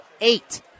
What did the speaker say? eight